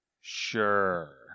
sure